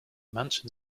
mansion